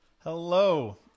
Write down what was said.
hello